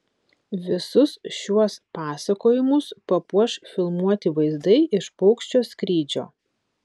visus šiuos pasakojimus papuoš filmuoti vaizdai iš paukščio skrydžio